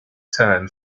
turn